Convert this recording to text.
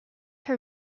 her